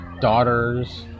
daughters